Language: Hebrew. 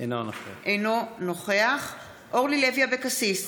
אינו נוכח אורלי לוי אבקסיס,